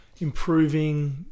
improving